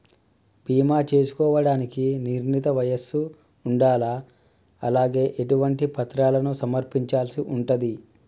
బీమా చేసుకోవడానికి నిర్ణీత వయస్సు ఉండాలా? అలాగే ఎటువంటి పత్రాలను సమర్పించాల్సి ఉంటది?